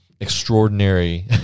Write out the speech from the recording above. extraordinary